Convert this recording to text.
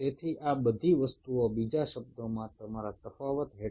তাহলে এই সবকিছুই ডিফারেন্সিয়েশনের উপর নির্ভরশীল